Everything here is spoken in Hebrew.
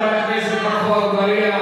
חבר הכנסת עפו אגבאריה,